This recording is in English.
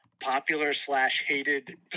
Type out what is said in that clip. popular-slash-hated